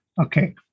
Okay